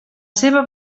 seva